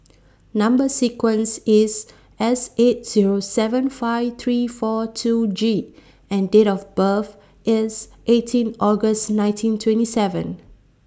Number sequence IS S eight Zero seven five three four two G and Date of birth IS eighteen August nineteen twenty seven